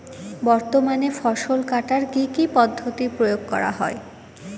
বর্তমানে ফসল কাটার কি কি পদ্ধতি প্রয়োগ করা হয়?